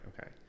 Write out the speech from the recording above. Okay